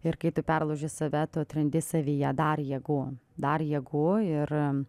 ir kai tu perlauži save tu atrandi savyje dar jėgų dar jėgų ir